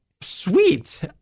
Sweet